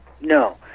No